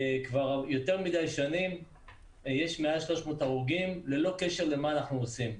כבר יותר מדיי שנים יש מעל 300 הרוגים ללא קשר למה שאנחנו עושים.